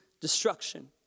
destruction